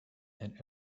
and